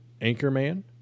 Anchorman